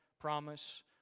promise